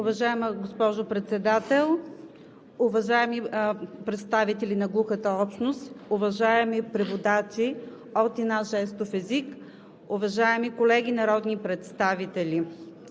Уважаема госпожо Председател, уважаеми представители на глухата общност, уважаеми преводачи от и на жестов език, уважаеми колеги народни представители!